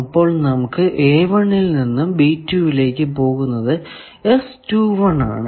അപ്പോൾ നമുക്ക് ൽ നിന്നും ലേക്ക് പോകുന്നത് ആണ്